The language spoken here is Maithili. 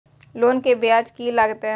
लोन के ब्याज की लागते?